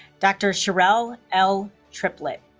dr. cherrell l. triplett